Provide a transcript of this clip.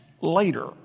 later